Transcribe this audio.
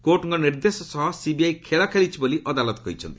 କୋର୍ଟଙ୍କ ନିର୍ଦ୍ଦେଶ ସହ ସିବିଆଇ ଖେଳ ଖେଳିଛି ବୋଲି ଅଦାଳତ କହିଛନ୍ତି